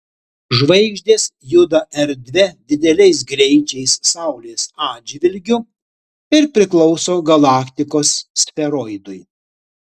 žvaigždės juda erdve dideliais greičiais saulės atžvilgiu ir priklauso galaktikos sferoidui